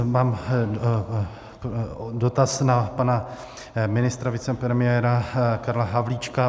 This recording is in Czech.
Mám dotaz na pana ministra, vicepremiéra Karla Havlíčka.